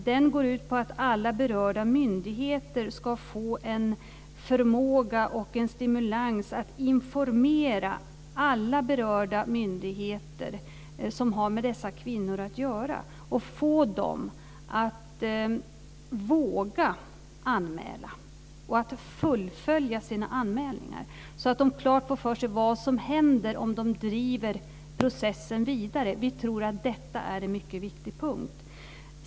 Den går ut på att alla berörda myndigheter ska få en förmåga och en stimulans att informera alla berörda myndigheter som har med dessa kvinnor att göra och få dem att våga anmäla och fullfölja sina anmälningar, så att de klart får för sig vad som händer om de driver processen vidare. Vi tror att detta är en mycket viktig punkt.